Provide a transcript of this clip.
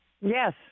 yes